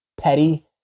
Petty